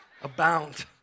abound